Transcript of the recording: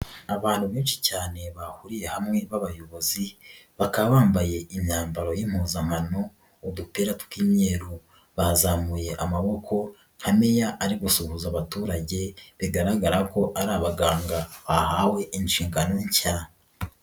Abantu benshi cyane bahuriye hamwe b'abayobozi, bakaba bambaye imyambaro y'impuzakano, udupira tw'imyeru, bazamuye amaboko nka Meya ari gusuhuza abaturage, bigaragara ko ari abaganga bahawe inshingano nshya.